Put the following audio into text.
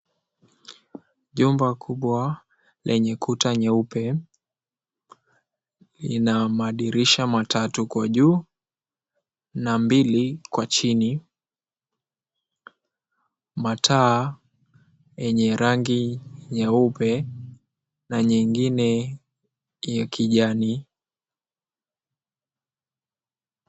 Jumba kubwa, lenye kuta nyeupe, lina madirisha matatu huko juu, na mbili kwa chini, mataa yenye rangi nyeupe, na nyengine ya kijani.